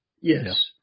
Yes